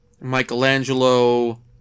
Michelangelo